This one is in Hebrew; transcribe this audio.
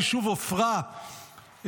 היישוב עפרה,